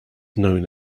known